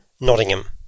Nottingham